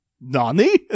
Nani